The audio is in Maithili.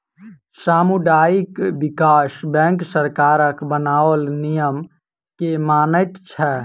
सामुदायिक विकास बैंक सरकारक बनाओल नियम के मानैत छै